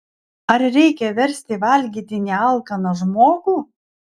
ar reikia versti valgyti nealkaną žmogų